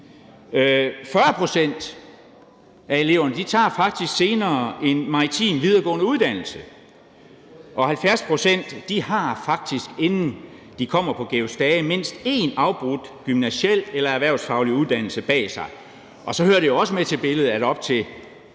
40 pct. af eleverne tager faktisk senere en maritim videregående uddannelse. Og 70 pct. har faktisk, inden de kommer på »Georg Stage«, mindst én afbrudt gymnasial eller erhvervsfaglig uddannelse bag sig. Og så hører det jo også med til billedet, at op til